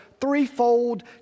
threefold